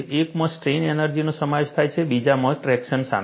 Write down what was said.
એકમાં સ્ટ્રેઇન એનર્જીનો સમાવેશ થાય છે બીજામાં ટ્રેક્શન શામેલ છે